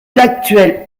l’actuelle